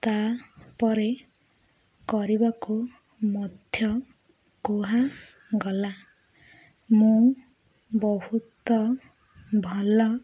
ତାପରେ କରିବାକୁ ମଧ୍ୟ କୁହାଗଲା ମୁଁ ବହୁତ ଭଲ